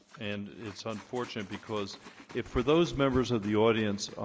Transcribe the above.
and it's unfortunate because if for those members of the audience